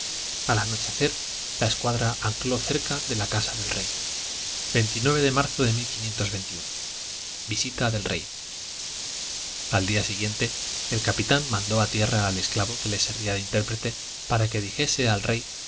al anochecer la escuadra ancló cerca de la casa del rey de marzo de visita del rey al día siguiente el capitán mandó a tierra al esclavo que le servía de intérprete para que dijese al rey